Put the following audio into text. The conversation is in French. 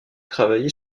travaillé